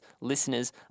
listeners